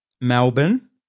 Melbourne